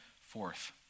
forth